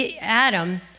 Adam